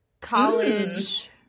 college